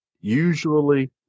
usually